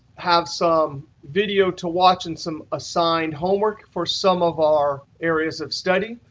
have some video to watch, and some assigned homework for some of our areas of study.